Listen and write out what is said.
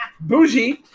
Bougie